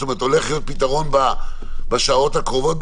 זאת אומרת הולך להיות פתרון בשעות הקרובות,